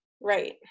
Right